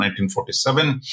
1947